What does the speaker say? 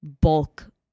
bulk